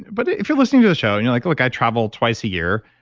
but if you're listening to the show and you're like, look, i travel twice a year.